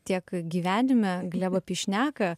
tiek gyvenime glebą pyšniaką